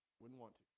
we want